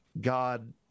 God